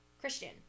Christian